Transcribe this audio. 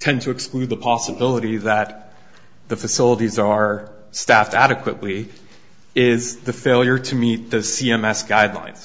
tend to exclude the possibility that the facilities are staffed adequately is the failure to meet the c m s guidelines